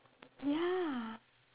ya